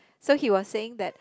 so he was saying that